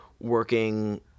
working